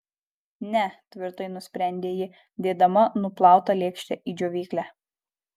ne tvirtai nusprendė ji dėdama nuplautą lėkštę į džiovyklę